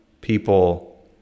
people